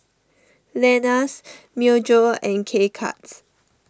Lenas Myojo and K Cuts